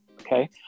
Okay